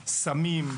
סמים,